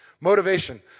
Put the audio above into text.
Motivation